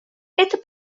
это